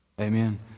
Amen